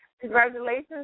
Congratulations